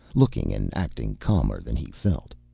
looking and acting calmer than he felt.